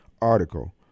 article